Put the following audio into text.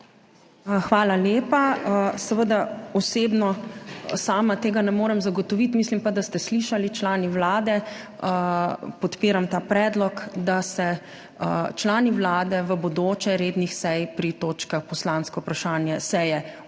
Hvala lepa. Seveda osebno sama tega ne morem zagotoviti, mislim pa, da ste slišali člani vlade, podpiram ta predlog, da se člani vlade v bodoče rednih sej pri točkah poslanskih vprašanj seje udeležujejo,